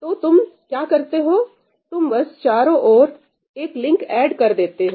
तो तुम क्या करते हो तुम बस चारों ओर एक और लिंक ऐड कर देते हो